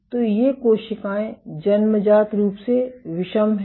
तो ये कोशिकाएं जन्मजात रूप से विषम हैं